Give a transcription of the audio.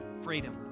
freedom